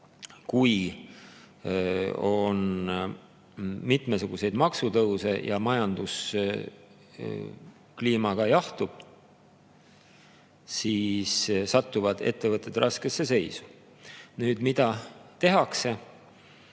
kui on mitmesuguseid maksutõuse ja majanduskliima jahtub, siis satuvad ettevõtted raskesse seisu. Mida tehakse?